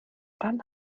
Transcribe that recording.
dann